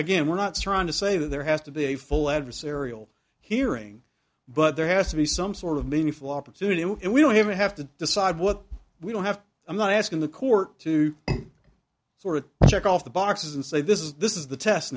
again we're not trying to say that there has to be a full adversarial hearing but there has to be some sort of meaningful opportunity it we don't even have to decide what we don't have i'm not asking the court to sort of check off the boxes and say this is this is the test